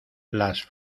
las